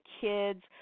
kids